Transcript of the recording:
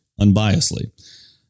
unbiasedly